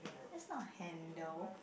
that's not handle